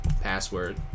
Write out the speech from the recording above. password